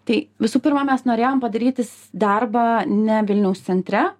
tai visų pirma mes norėjom padaryti darbą ne vilniaus centre